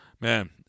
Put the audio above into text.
Man